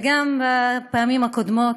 וגם בפעמים הקודמות,